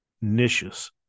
niches